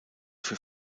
für